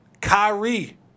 Kyrie